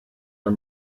are